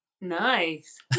nice